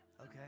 Okay